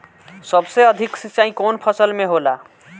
सबसे अधिक सिंचाई कवन फसल में होला?